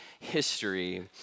history